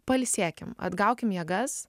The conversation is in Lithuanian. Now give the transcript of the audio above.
pailsėkim atgaukim jėgas